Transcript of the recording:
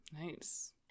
nice